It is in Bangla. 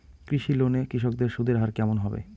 কৃষি লোন এ কৃষকদের সুদের হার কেমন হবে?